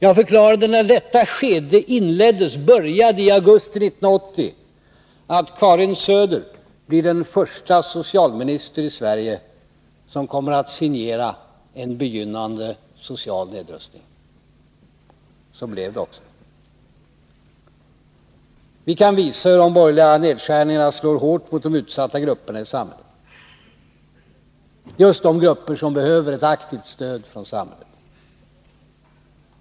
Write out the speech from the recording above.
Jag förklarade vid inledningen av detta skede, i augusti 1980, att Karin Söder blir den första socialministern i Sverige som kommer att signera en begynnande social nedrustning. Så blev det också. Vi kan visa hur de borgerliga nedskärningarna slår hårt mot de utsatta grupperna i samhället, just de grupper som behöver ett aktivt stöd av samhället?